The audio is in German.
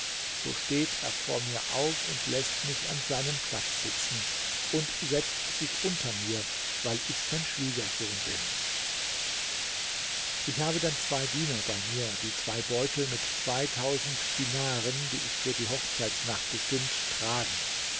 so steht er vor mir auf und läßt mich an seinen platz sitzen und setzt sich unter mir weil ich sein schwiegersohnes sollte umgekehrt sein doch verzeiht man dies dem phantasierenden araber bin ich habe dann zwei diener bei mir die zwei beutel mit dinaren die ich für die hochzeitsnacht bestimmt tragen